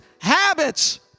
habits